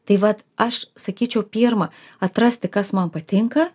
tai vat aš sakyčiau pirma atrasti kas man patinka